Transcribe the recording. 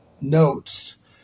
notes